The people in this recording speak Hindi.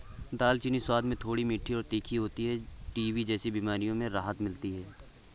दालचीनी स्वाद में थोड़ी मीठी और तीखी होती है टीबी जैसी बीमारियों में राहत मिलती है